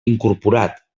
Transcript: incorporat